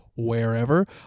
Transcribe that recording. wherever